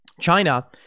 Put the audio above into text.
China